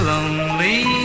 Lonely